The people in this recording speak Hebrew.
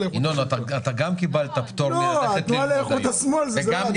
זה לא התנועה לאיכות השלטון.